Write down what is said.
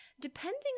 depending